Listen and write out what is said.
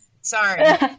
Sorry